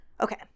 okay